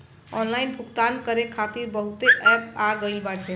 online भुगतान करे खातिर बहुते एप्प आ गईल बाटे